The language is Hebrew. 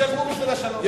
שישלמו בשביל השלום.